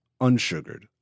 unsugared